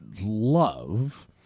love